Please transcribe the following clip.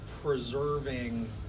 preserving